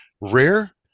rare